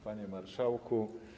Panie Marszałku!